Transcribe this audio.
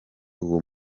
uwo